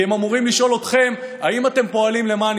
כי הם אמורים לשאול אתכם: האם אתם פועלים למען